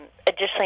Additionally